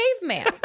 caveman